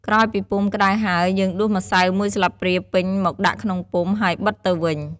ក្រោយពីពុម្ពក្ដៅហើយ យើងដួសម្សៅមួយស្លាបព្រាពេញមកដាក់ក្នុងពុម្ព ហើយបិទទៅវិញ។